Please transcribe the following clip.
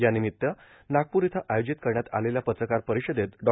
या निमित्त नागपूर इथं आयोजित करण्यात आलेल्या पत्रकार परिषदेत डॉ